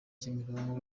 kimironko